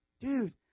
Dude